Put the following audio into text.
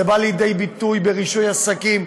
זה בא לידי ביטוי ברישוי עסקים,